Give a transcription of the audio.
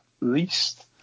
least